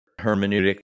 hermeneutic